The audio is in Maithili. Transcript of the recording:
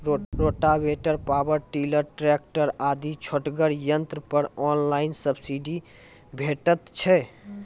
रोटावेटर, पावर टिलर, ट्रेकटर आदि छोटगर यंत्र पर ऑनलाइन सब्सिडी भेटैत छै?